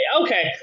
okay